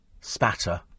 spatter